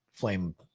flame